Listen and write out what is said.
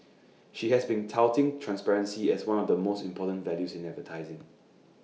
she has been touting transparency as one of the most important values in advertising